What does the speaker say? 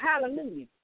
Hallelujah